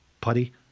PuTTY